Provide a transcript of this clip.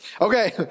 Okay